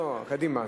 פה זה קדימה.